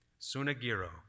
Sunagiro